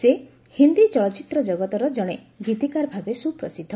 ସେ ହିନ୍ଦୀ ଚଳଚ୍ଚିତ୍ରଜଗତର ଜଣେ ଗୀତିକାର ଭାବେ ସୁପ୍ରସିଦ୍ଧ